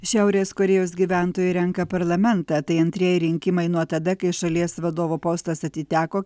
šiaurės korėjos gyventojai renka parlamentą tai antrieji rinkimai nuo tada kai šalies vadovo postas atiteko